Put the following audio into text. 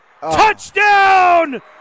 Touchdown